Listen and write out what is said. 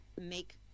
make